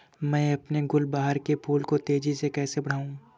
मैं अपने गुलवहार के फूल को तेजी से कैसे बढाऊं?